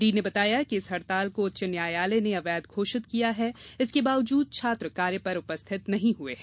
dean ने बताया कि इस हड़ताल को उच्च न्यायालय ने अवैध घोषित किया है इसके बावजूद छात्र कार्य पर उपस्थित नहीं हुए हैं